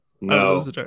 No